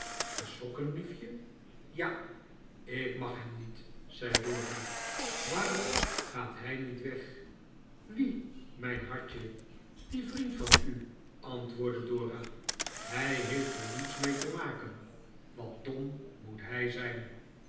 geschrokken liefje ja ik mag hem niet zei dora waarom gaat hii niet weg wie mijn hartje die vriend van u antwoordde dora hij heeft er niets iriee te maken wat dom moet hij zijn